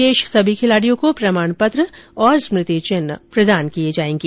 शेष सभी खिलाड़ियो को प्रमाण पत्र और स्मृति चिन्ह प्रदान किए जाएंगे